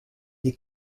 des